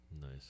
Nice